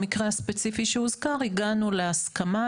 במקרה הספציפי שהוזכר הגענו להסכמה,